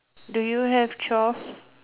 do you have twelve